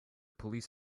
police